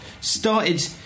started